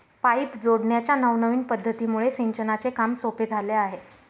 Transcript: pipe जोडण्याच्या नवनविन पध्दतीमुळे सिंचनाचे काम सोपे झाले आहे